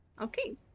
Okay